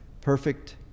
perfect